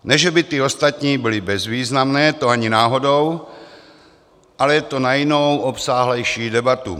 Ne že by ty ostatní byly bezvýznamné, to ani náhodou, ale je to na jinou, obsáhlejší debatu.